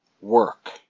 work